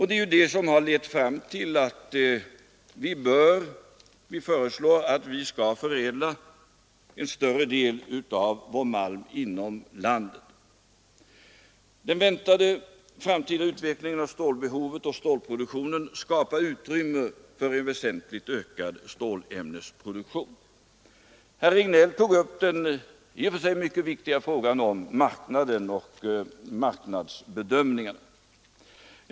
Det är det som har fört fram till förslaget att vi skall förädla en större del av vår malm inom landet. Den väntade framtida utvecklingen av stålbehovet och stålproduktionen skapar utrymme för en väsentligt ökad stålämnesproduktion. Herr Regnéll tog upp den i och för sig mycket viktiga frågan om marknaden och marknadsbedömningen.